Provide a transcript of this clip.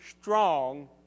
strong